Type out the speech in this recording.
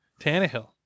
Tannehill